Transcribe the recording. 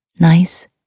nice